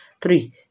Three